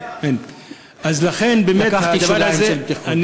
100%. לקחתי שוליים של ביטחון.